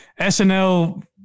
SNL